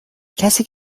کسی